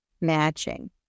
matching